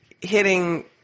hitting